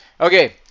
okay